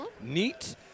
Neat